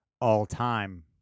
all-time